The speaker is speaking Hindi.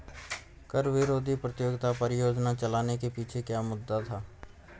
कर विरोधी प्रतियोगिता परियोजना चलाने के पीछे क्या मुद्दा था?